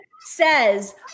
says-